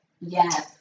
Yes